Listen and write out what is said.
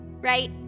right